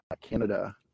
Canada